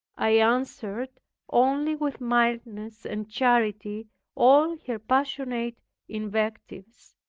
i answered only with mildness and charity all her passionate invectives,